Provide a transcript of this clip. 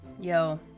Yo